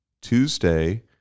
Tuesday